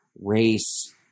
race